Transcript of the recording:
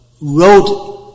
wrote